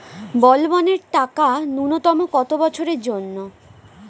বলবনের টাকা ন্যূনতম কত বছরের জন্য?